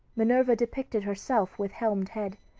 minerva depicted herself with helmed head,